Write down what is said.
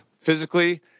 physically